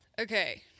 Okay